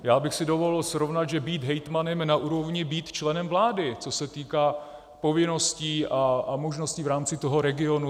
Já bych si dovolil srovnat, že být hejtmanem je na úrovni být členem vlády, co se týká povinností a možností v rámci toho regionu.